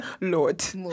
Lord